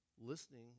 listening